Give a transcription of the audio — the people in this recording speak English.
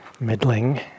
middling